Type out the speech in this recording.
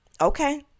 Okay